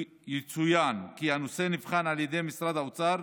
יצוין כי הנושא נבחן על ידי משרד האוצר